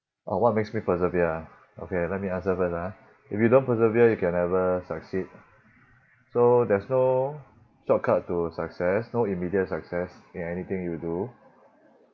orh what makes me persevere ah okay let me answer first ah if you don't persevere you can never succeed so there's no shortcut to success no immediate success in anything you do